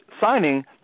signing